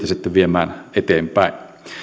sitten viemään eteenpäin